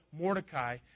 Mordecai